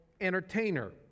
entertainer